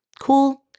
cool